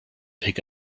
pick